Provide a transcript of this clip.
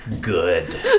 Good